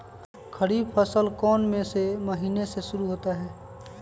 खरीफ फसल कौन में से महीने से शुरू होता है?